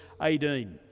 18